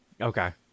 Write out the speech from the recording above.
Okay